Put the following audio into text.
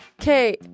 Okay